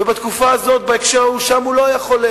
בתקופה הזאת, בהקשר ההוא, שם הוא לא היה חולה